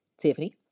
Tiffany